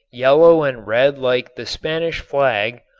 yellow and red like the spanish flag,